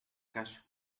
caso